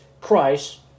Christ